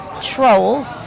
Trolls